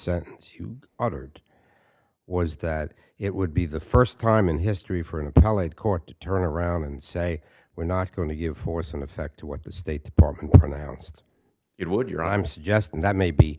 sentence you authored was that it would be the first time in history for an appellate court to turn around and say we're not going to give force in effect to what the state department announced it would your i'm suggesting that may be